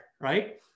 right